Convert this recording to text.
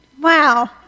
Wow